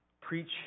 preach